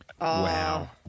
Wow